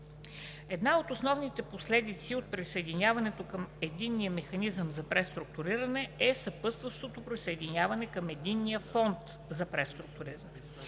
Една от основните последици от присъединяването към Единния механизъм за преструктуриране е съпътстващото присъединяване към Единния фонд за преструктуриране.